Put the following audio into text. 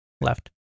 left